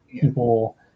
people